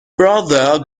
brother